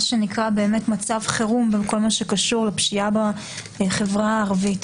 שנקרא מצב חירום בכל מה שקשור לפשיעה בחברה הערבית.